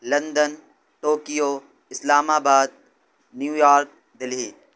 London Tokyo Islamabad New York Delhi